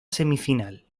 semifinal